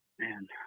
Man